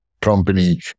company